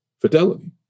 fidelity